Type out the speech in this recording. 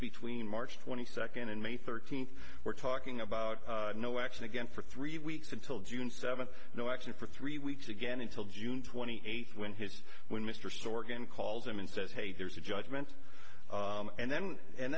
between march twenty second and may thirteenth we're talking about no action again for three weeks until june seventh no action for three weeks again until june twenty eighth when his when mr stuart again calls him and says hey there's a judgment and then and